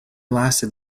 lasted